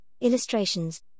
illustrations